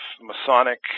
Masonic